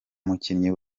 mukinnyi